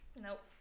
Nope